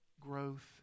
growth